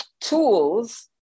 tools